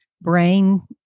brain